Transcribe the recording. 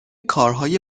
کارهای